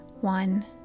one